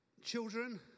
Children